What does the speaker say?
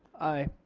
aye.